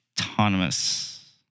Autonomous